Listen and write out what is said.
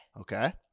Okay